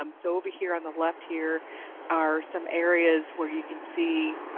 um so over here on the left here are some areas where you can see